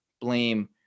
blame